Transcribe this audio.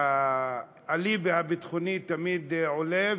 והאליבי הביטחוני תמיד עולה,